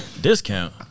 Discount